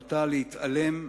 נוטה להתעלם,